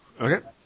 Okay